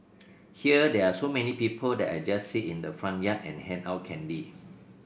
here there are so many people that I just sit in the front yard and hand out candy